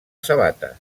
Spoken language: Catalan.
sabates